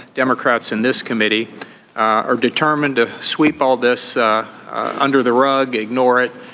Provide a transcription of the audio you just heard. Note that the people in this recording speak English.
democrats in this committee are determined to sweep all this under the rug, ignore it,